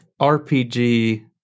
RPG